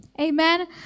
Amen